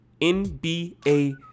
NBA